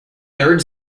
third